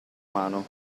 mano